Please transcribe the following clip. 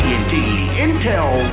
Intel